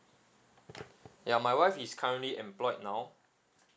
ya my wife is currently employed now